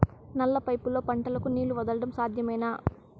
నల్ల పైపుల్లో పంటలకు నీళ్లు వదలడం సాధ్యమేనా?